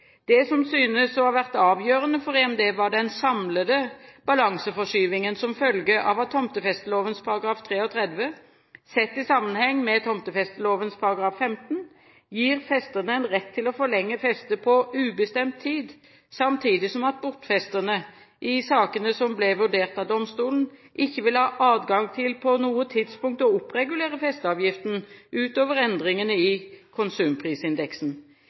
Det som synes å ha vært avgjørende for EMD, var den samlede balanseforskyvningen som følge av at tomtefesteloven § 33, sett i sammenheng med tomtefesteloven § 15, gir festerne en rett til å forlenge festet på ubestemt tid samtidig som at bortfesterne i sakene som ble vurdert av domstolen, ikke ville ha adgang til på noe tidspunkt å oppregulere festeavgiften utover endringene i konsumprisindeksen.